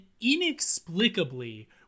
inexplicably